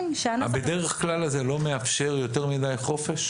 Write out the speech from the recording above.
ה-דרך כלל הזה לא מאפשר יותר מדי חופש?